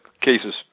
cases